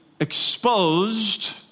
exposed